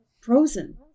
frozen